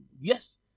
Yes